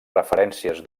referències